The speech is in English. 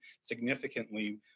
significantly